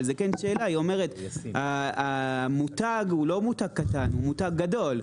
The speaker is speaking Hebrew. היא אומרת שהמותג הוא לא מותג קטן, הוא מותג גדול.